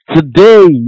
Today